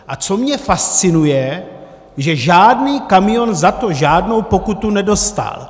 A co mě fascinuje, že žádný kamion za to žádnou pokutu nedostal.